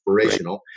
inspirational